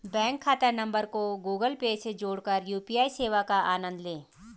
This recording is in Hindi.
बैंक खाता नंबर को गूगल पे से जोड़कर यू.पी.आई सेवा का आनंद लें